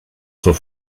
zur